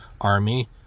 army